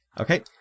Okay